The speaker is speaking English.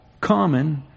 common